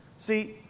See